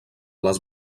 les